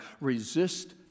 resist